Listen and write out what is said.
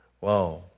Wow